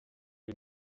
die